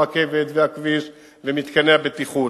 הרכבת והכביש ומתקני הבטיחות.